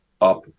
up